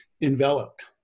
enveloped